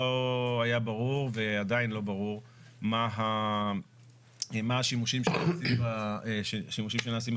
לא היה ברור ועדיין לא ברור מה השימושים שנעשים בכספים?